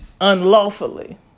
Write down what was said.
unlawfully